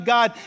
God